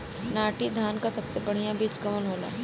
नाटी धान क सबसे बढ़िया बीज कवन होला?